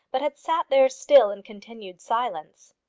but had sat there still in continued silence.